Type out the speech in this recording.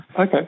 Okay